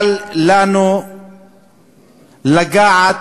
אל לנו לגעת